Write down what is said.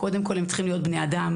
קודם כול הם צריכים להיות בני אדם.